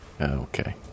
Okay